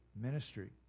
ministry